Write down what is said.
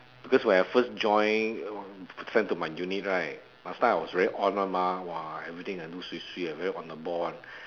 because when I first joined send to my unit right last time I was very on [one] mah everything I do swee swee I very on the ball [one]